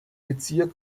bezirk